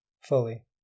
fully